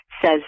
says